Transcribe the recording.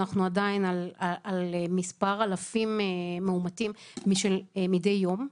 אנחנו עדיין על מספר אלפים מאומתים מדי יום,